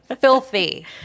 Filthy